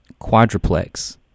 quadruplex